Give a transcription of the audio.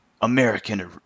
american